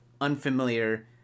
unfamiliar